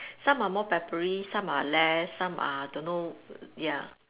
some are more peppery some are less some are don't know ya